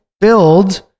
build